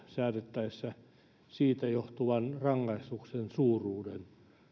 säädettäessä siitä johtuvan rangaistuksen suuruuden